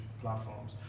platforms